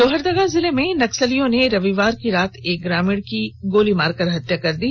लोहरदगा जिले में नक्सलियों ने रविवार की रात एक ग्रामीण की गोली मारकर हत्या कर दी